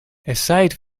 aside